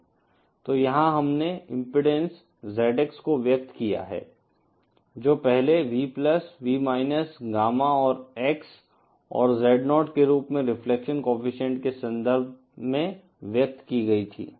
तो यहाँ हमने इम्पीडेन्स ZX को व्यक्त किया है जो पहले V V गामा और x और Z0 के रूप में रिफ्लेक्शन कोएफ़िशिएंट के संदर्भ में व्यक्त की गई थी